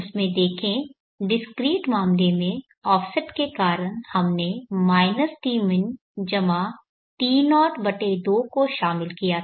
उस में देखें डिस्क्रीट मामले में ऑफसेट के कारण हमने tmin T02 को शामिल किया था